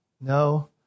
No